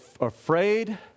afraid